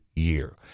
year